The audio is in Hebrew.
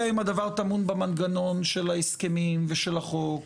אם הדבר טמון במנגנון של ההסכמים ושל החוק וכו'.